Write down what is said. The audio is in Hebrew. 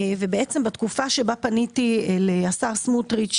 ובתקופה שבה פניתי לשר סמוטריץ,